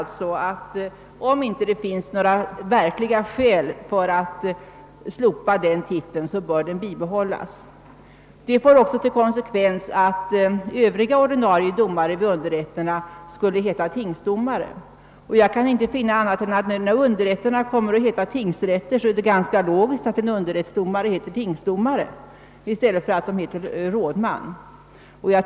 Om det inte finns några verkliga skäl för att slopa den titeln, tycker jag att den bör bibehållas. Det får också till konsekvens att övriga ordinarie domare vid underrätterna skulle heta tingsdomare. När nu underrätterna kommer att heta tingsrätter kan jag inte finna annat än att det är logiskt att en underrättsdomare kallas tingsdomare i stället för rådman.